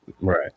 right